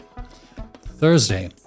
Thursday